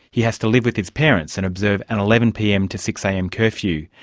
he has to live with his parents and observe an eleven pm to six am curfew.